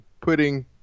putting